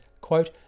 quote